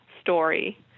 story